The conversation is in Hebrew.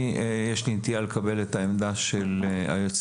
יש לי נטייה לקבל את העמדה של היועצת